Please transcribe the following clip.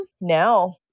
No